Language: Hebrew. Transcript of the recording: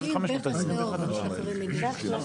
בקצרה כי ממש אנחנו קצרים בזמן.